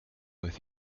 with